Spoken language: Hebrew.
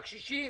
לקשישים,